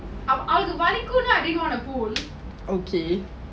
இன்னும் ஏழூர் நிமிஷம் இருக்கிறது:inum ezhura nimisam irukirathu